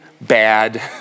bad